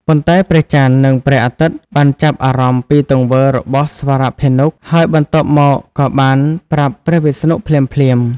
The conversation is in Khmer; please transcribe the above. ប៉ុន្តែ ព្រះចន្ទ និងព្រះអាទិត្យបានចាប់អារម្មណ៍ពីទង្វើរបស់ស្វរភានុ ហើយបន្ទាប់មកក៏បានប្រាប់ព្រះវិស្ណុភ្លាមៗ។